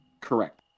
correct